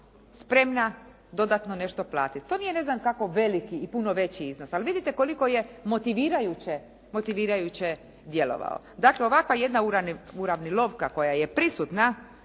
spremna dodatno nešto platiti. To nije ne znam kako veliki i puno veći iznos ali vidite koliko je motivirajuće djelovao. Dakle, ovakva jedna "uravnilovka" koja je prisutna